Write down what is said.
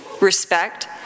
respect